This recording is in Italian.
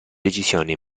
decisione